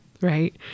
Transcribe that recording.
Right